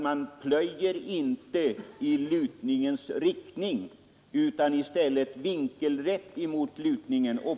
Man plöjer inte i lutningens riktning utan vinkelrätt emot lutningen.